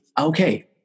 Okay